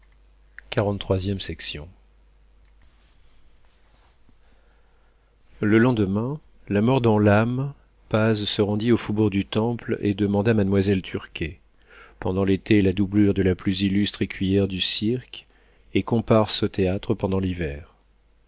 le lendemain la mort dans l'âme paz se rendit au faubourg du temple et demanda mademoiselle turquet pendant l'été la doublure de la plus illustre écuyère du cirque et comparse au théâtre pendant l'hiver